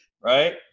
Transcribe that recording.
right